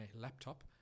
laptop